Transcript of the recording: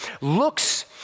looks